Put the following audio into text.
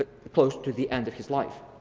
ah close to the end of his life.